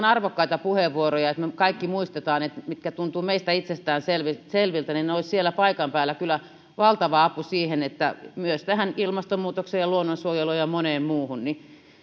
arvokkaita puheenvuoroja jotta me kaikki muistamme sen että ne mitkä tuntuvat meistä itsestäänselviltä olisivat siellä paikan päällä kyllä valtava apu myös tähän ilmastonmuutokseen ja luonnonsuojeluun ja moneen muuhun